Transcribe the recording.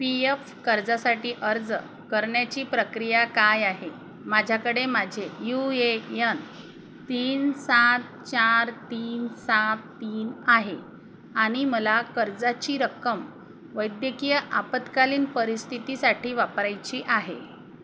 P F कर्जासाठी अर्ज करण्याची प्रक्रिया काय आहे माझ्याकडे माझे यू ए यन तीन सात चार तीन सात तीन आहे आणि मला कर्जाची रक्कम वैद्यकीय आपत्कालीन परिस्थितीसाठी वापरायची आहे